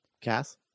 Cass